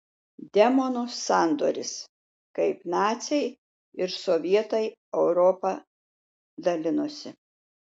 demonų sandoris kaip naciai ir sovietai europą dalinosi